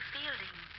Fielding